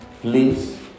please